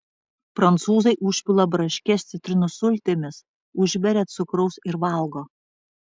prancūzai užpila braškes citrinų sultimis užberia cukraus ir valgo